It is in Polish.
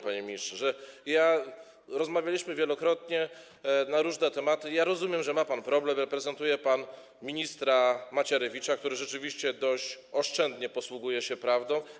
Panie ministrze, rozmawialiśmy wielokrotnie na różne tematy, ja rozumiem, że ma pan problem, bo reprezentuje pan ministra Macierewicza, który rzeczywiście dość oszczędnie posługuje się prawdą.